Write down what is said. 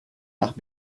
nach